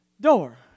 door